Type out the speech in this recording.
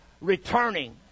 returning